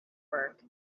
work